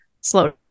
slow